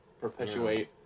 perpetuate